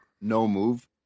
no-move